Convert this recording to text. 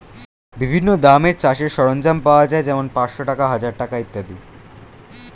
বিভিন্ন দামের চাষের সরঞ্জাম পাওয়া যায় যেমন পাঁচশ টাকা, হাজার টাকা ইত্যাদি